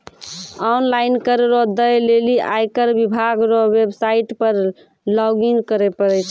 online कर रो दै लेली आयकर विभाग रो वेवसाईट पर लॉगइन करै परै छै